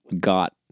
got